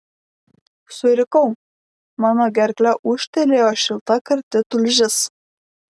surikau mano gerkle ūžtelėjo šilta karti tulžis